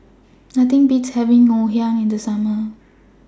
Nothing Beats having Ngoh Hiang in The Summer